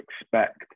expect